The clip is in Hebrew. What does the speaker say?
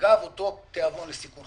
אגב אותו תיאבון לסיכון,